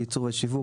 ייצור ושיווק,